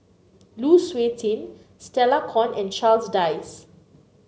Lu Suitin Stella Kon and Charles Dyce